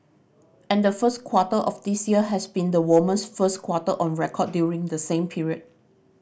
and the first quarter of this year has been the warmest first quarter on record during the same period